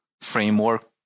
framework